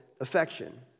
affection